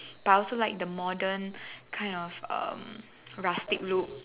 but I also like the modern kind of um rustic look